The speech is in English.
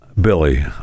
Billy